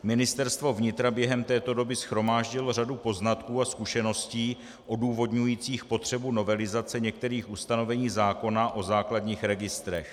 Ministerstvo vnitra během této doby shromáždilo řadu poznatků a zkušeností odůvodňujících potřebu novelizace některých ustanovení zákona o základních registrech.